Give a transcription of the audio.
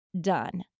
done